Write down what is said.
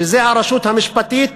הרשות המשפטית